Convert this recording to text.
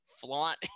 flaunt